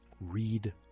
read